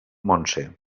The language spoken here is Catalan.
montse